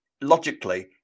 logically